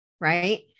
Right